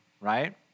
right